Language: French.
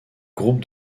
groupe